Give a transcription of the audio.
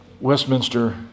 Westminster